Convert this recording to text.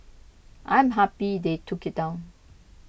I am happy they took it down